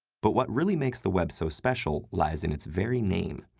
but what really makes the web so special lies in its very name.